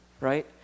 right